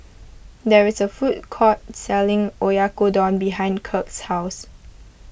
there is a food court selling Oyakodon behind Kirk's house